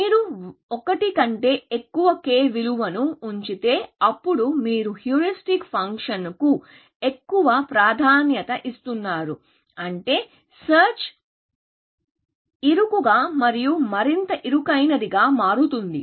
మీరు 1 కంటే ఎక్కువ k విలువను ఉంచితే అప్పుడు మీరు హ్యూరిస్టిక్ ఫంక్షన్కు ఎక్కువ ప్రాధాన్యత ఇస్తున్నారు అంటే సెర్చ్ ఇరుకుగా మరియు మరింత ఇరుకైనదిగా మారుతుంది